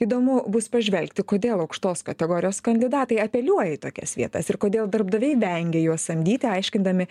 įdomu bus pažvelgti kodėl aukštos kategorijos kandidatai apeliuoja į tokias vietas ir kodėl darbdaviai vengia juos samdyti aiškindami